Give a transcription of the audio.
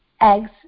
eggs